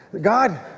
God